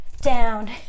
down